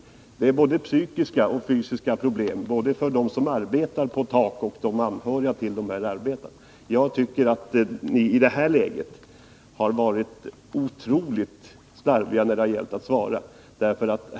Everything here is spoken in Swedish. Det är fråga om både fysiska och psykiska problem för dem som arbetar på tak, och även deras anhöriga är drabbade. Jag tycker att svaret i detta läge ger uttryck för en otrolig nonchalans.